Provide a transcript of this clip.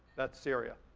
that's syria,